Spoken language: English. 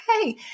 okay